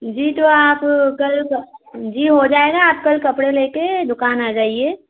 जी तो आप कल क जी हो जाएगा आप कल कपड़े लेके दुकान आ जाइए